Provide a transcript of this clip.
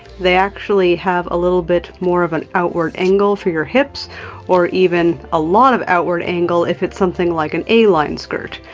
they actually have a little bit more of an outward angle for your hips or even a lot of outward angle if it's something like an a-line skirt,